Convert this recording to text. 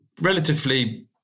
relatively